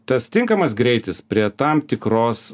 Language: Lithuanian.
tas tinkamas greitis prie tam tikros